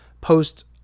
post